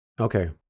Okay